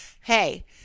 Hey